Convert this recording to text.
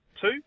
two